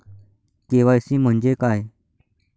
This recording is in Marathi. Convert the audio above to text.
के.वाय.सी म्हंजे काय?